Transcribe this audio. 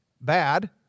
bad